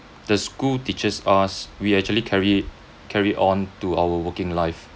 the school teaches us we actually carry carry on to our working life